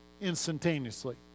instantaneously